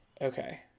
Okay